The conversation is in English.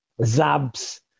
Zabs